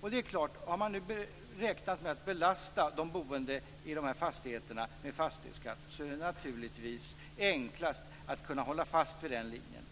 Och det är klart - har man nu räknat med att belasta de boende i de här fastigheterna med fastighetsskatt är det naturligtvis enklast att hålla fast vid den linjen.